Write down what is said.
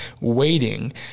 waiting